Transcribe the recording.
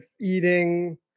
eating